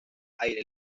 aire